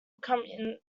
become